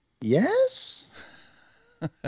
Yes